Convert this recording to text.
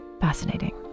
Fascinating